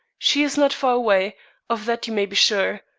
she is not far away of that you may be sure.